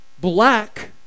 black